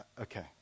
okay